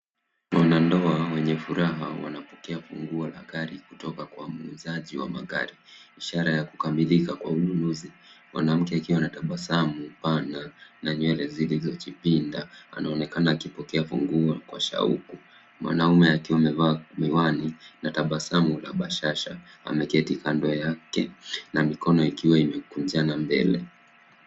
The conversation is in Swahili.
Wanandoa wenye furaha wanapokea funguo la gari kutoka kwa muuzaji wa magari, ishara ya kukamilika kwa ununuzi, mwanamke akiwa na tabasamu pana na nywele zilizojipinda anaonekana akipokea funguo kwa shauku. Mwanaume akiwa amevaa miwani na tabasamu na bashasha anaketi kando yake na mikono ikiwa imekunjana mbele.